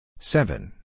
Seven